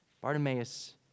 Bartimaeus